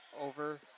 over